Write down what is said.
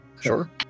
Sure